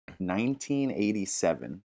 1987